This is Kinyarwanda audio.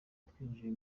twinjiye